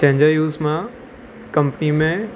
जंहिंजो यूज़ मां कंपनी में